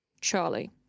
Charlie